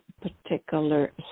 particular